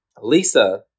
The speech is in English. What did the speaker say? Lisa